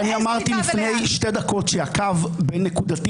הרי אני אמרתי לפני שתי דקות שהקו בין נקודתי